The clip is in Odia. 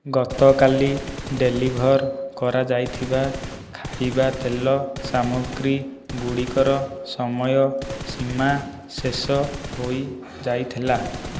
ଗତକାଲି ଡେଲିଭର୍ କରାଯାଇଥିବା ଖାଇବା ତେଲ ସାମଗ୍ରୀ ଗୁଡ଼ିକର ସମୟ ସୀମା ଶେଷ ହୋଇ ଯାଇଥିଲା